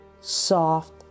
soft